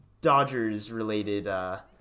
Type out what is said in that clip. Dodgers-related